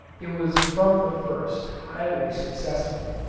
it was from the first highly successful.